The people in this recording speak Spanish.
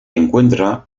encuentra